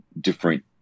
different